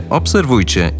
obserwujcie